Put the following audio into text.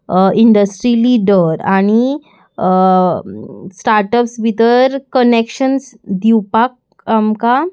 industry leader आनी startups भितर connections दिवपाक आमकां